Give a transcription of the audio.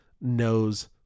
knows